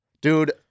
dude